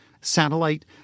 satellite